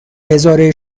هزاره